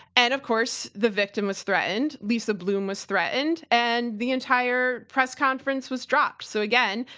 and of course the victim was threatened, lisa bloom was threatened, and the entire press conference was dropped. so again,